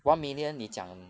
one million 你讲